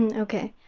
and ok.